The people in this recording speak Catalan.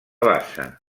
bassa